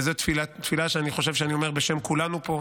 וזו תפילה שאני חושב שאני אומר בשם כולנו פה,